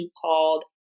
called